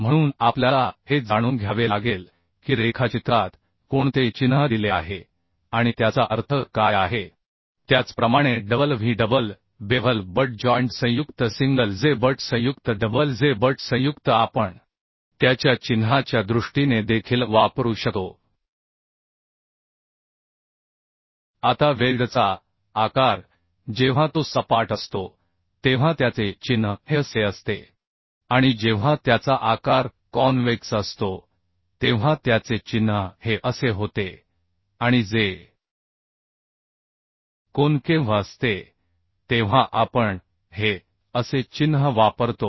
म्हणून आपल्याला हे जाणून घ्यावे लागेल की रेखाचित्रात कोणते चिन्ह दिले आहे आणि त्याचा अर्थ काय आहे त्याचप्रमाणे double V double bevel butt joint single J butt joint double J butt joint आपण त्याच्या चिन्हाच्या दृष्टीने देखील वापरू शकतो आता वेल्डचा आकार जेव्हा तो सपाट असतो तेव्हा त्याचे चिन्ह हे अ से असते आणि जेव्हा त्याचा आकार कॉनवेक्स असतो तेव्हा त्याचे चिन्ह हे असे होते आणि जेव्हा कोन्केव्ह असते तेव्हा आपण हे असे चिन्ह वापरतो